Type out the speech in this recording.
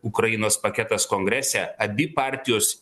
ukrainos paketas kongrese abi partijos